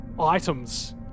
items